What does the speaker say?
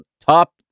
top